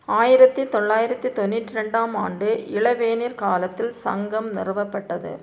ஆயிரத்தி தொள்ளாயிரத்தி தொண்ணூற்றி ரெண்டாம் ஆண்டு இளவேனில் காலத்தில் சங்கம் நிறுவப்பட்டது